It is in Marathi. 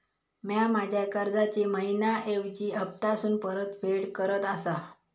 म्या माझ्या कर्जाची मैहिना ऐवजी हप्तासून परतफेड करत आसा